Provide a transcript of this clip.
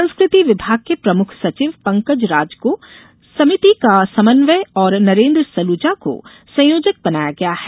संस्कृति विभाग के प्रमुख सचिव पंकज राग को समिति का समन्वय और नरेन्द्र सलूजा को संयोजक बनाया गया है